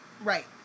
right